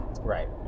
right